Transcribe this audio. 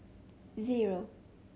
zero